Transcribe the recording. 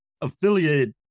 affiliated